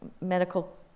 medical